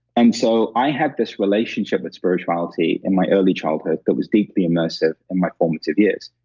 and so, i had this relationship with spirituality in my early childhood that was deeply immersive in my formative years.